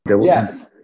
Yes